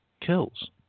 Kills